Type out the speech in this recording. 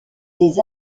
des